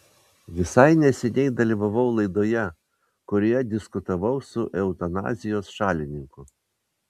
visai neseniai dalyvavau laidoje kurioje diskutavau su eutanazijos šalininku